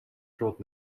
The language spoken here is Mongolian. шууд